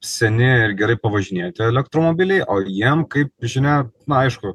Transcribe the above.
seni ir gerai pavažinėti elektromobiliai o jiem kaip žinia na aišku